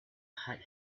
had